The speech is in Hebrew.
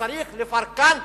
שצריך לפרקן,